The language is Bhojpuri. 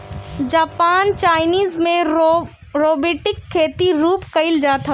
जापान चाइना में रोबोटिक खेती खूब कईल जात हवे